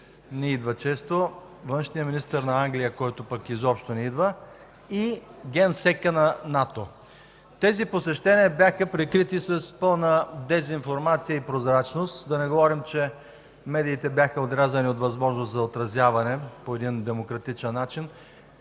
не идва често, външният министър на Англия, който пък изобщо не идва, и генсекът на НАТО. Тези посещения бяха прикрити с пълна дезинформация и прозрачност, да не говорим, че медиите бяха отрязани от възможност за отразяване по един демократичен начин,